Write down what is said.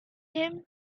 him